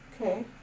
Okay